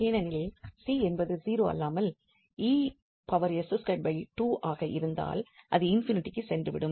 ஏனெனில் c என்பது 0 அல்லாமல் ஆக இருந்தால் இது ∞ க்கு சென்று விடும்